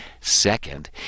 Second